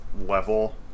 level